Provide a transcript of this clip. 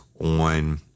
on